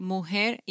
Mujer